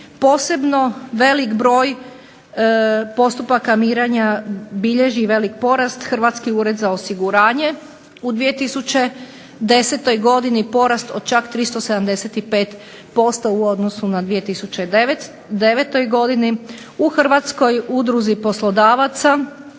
posebno velik broj postupaka mirenja bilježi veliki porast, Hrvatski ured za osiguranje u 2010. godini porast od čak 375% u odnosu na 2009. godini. U Hrvatskoj udruzi poslodavaca,